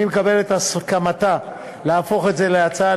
אני מקבל את הסכמתה להפוך את זה להצעה